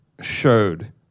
showed